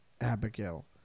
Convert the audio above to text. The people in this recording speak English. Abigail